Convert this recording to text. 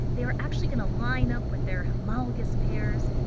they are actually going to line up with their homologous pairs.